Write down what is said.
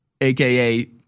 aka